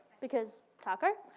because taco.